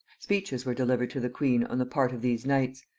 speeches were delivered to the queen on the part of these knights,